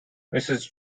mrs